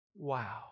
wow